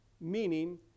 meaning